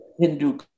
Hindu